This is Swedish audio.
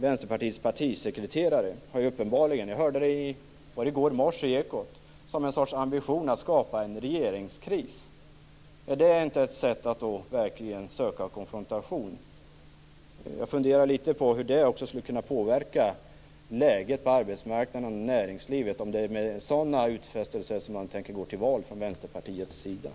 Vänsterpartiets partisekreterare har uppenbarligen en ambition att skapa en regeringskris. Jag hörde det i går morse i Ekot. Är inte det ett sätt att verkligen söka konfrontation? Hur skulle det kunna påverka läget på arbetsmarknaden och i näringslivet om det är med sådana utfästelser som Vänsterpartiet tänker gå till val?